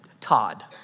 Todd